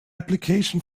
application